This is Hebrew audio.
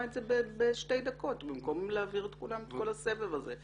את זה בשתי דקות במקום להעביר את כולם את כל הסבב הזה,